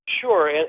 sure